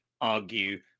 argue